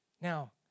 Now